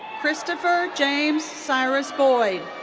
christopher james cyrus-boyd.